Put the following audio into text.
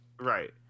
Right